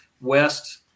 west